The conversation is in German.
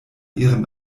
ihrem